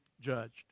judged